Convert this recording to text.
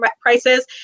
prices